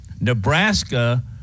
Nebraska